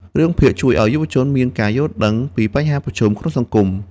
រឿងភាគជួយឱ្យយុវវ័យមាន ការយល់ដឹង ពីបញ្ហាប្រឈមក្នុងសង្គម។